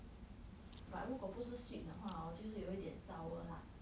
but 如果不是 sweet 的话 hor 就是有一点 sour lah